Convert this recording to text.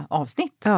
avsnitt